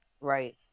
Right